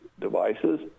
devices